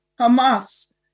Hamas